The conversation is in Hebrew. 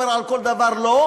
הוא אומר על כל דבר לא,